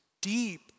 deep